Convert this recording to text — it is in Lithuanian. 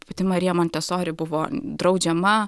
pati marija montesori buvo draudžiama